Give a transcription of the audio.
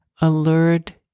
allured